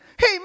Hey